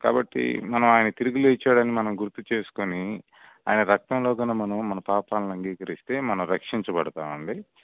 కాబట్టి మనం ఆయన తిరిగి లేచాడు అని మనం గుర్తు చేసుకుని ఆయన రక్తంలో కనుక మనం మన పాపాలను అంగీకరిస్తే మనం రక్షించబడతాము అండి